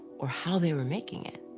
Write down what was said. or how they were making it.